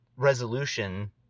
Resolution